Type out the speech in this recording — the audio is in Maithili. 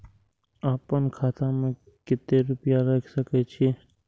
आपन खाता में केते रूपया रख सके छी?